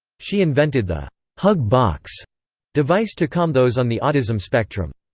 she invented the hug box device to calm those on the autism spectrum.